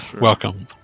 welcome